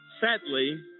sadly